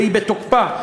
והיא בתוקפה.